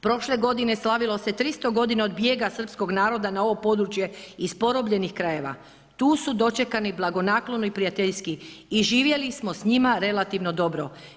Prošle godine slavilo se 300 godina od bijega srpskog naroda na ovo područje iz porobljenih krajeva, tu su dočekani blagonaklono i prijateljski i živjeli smo s njima relativno dobro.